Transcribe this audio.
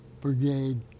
brigade